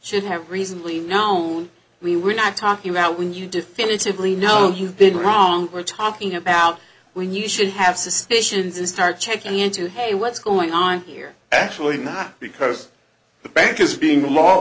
should have reasonably known we were not talking about when you definitively know you've been wrong we're talking about when you should have suspicions and start checking into hey what's going on here actually not because the bank is being